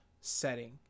setting